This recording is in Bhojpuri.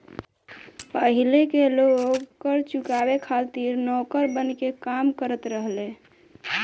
पाहिले के लोग कर चुकावे खातिर नौकर बनके काम करत रहले